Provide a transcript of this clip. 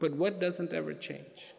but what doesn't ever change